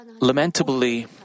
lamentably